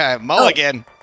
Mulligan